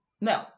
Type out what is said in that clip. no